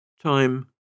Time